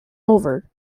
over